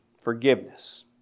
Forgiveness